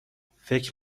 فکر